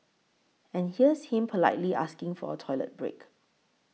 and here's him politely asking for a toilet break